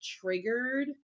triggered